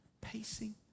pacing